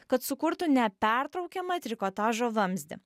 kad sukurtų nepertraukiamą trikotažo vamzdį